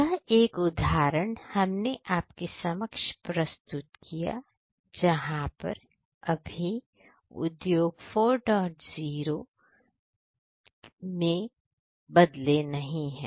यह एक उदाहरण हमने आपके समक्ष प्रस्तुत किया जहां पर अभी उद्योग 40 चीजों में बदले नहीं है